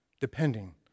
depending